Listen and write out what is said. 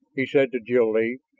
he said to jil-lee.